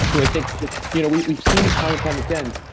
who i think just you know, we've we've seen this time and time again,